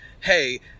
hey